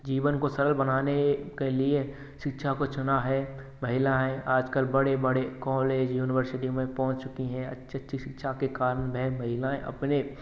जीवन को सरल बनाने के लिए शिक्षा को चुना है महिलाएँ आजकल बड़े बड़े कॉलेज यूनिवर्सिटी में पहुँच चुकी है अच्छी अच्छी शिक्षा के कारण वह महिलाएँ अपने